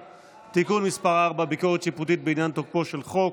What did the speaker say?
(תיקון מס' 4) (ביקורת שיפוטית בעניין תוקפו של חוק).